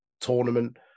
tournament